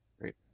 Great